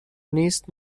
نیست